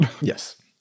Yes